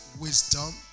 wisdom